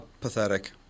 pathetic